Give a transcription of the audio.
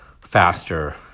faster